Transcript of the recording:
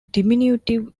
diminutive